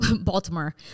Baltimore